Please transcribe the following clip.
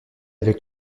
avec